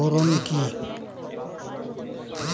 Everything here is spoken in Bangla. বোরন কি?